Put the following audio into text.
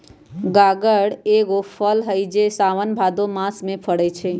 गागर एगो फल हइ जे साओन भादो मास में फरै छै